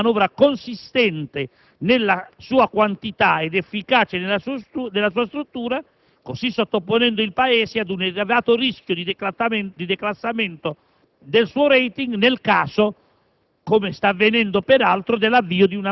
ha creato nei mercati l'aspettativa di una manovra consistente nella quantità ed efficace nella struttura, sottoponendo il Paese ad un elevato rischio di declassamento del *rating* nel caso